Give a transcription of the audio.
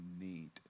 need